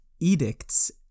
Edicts